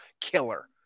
killer